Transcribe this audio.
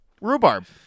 rhubarb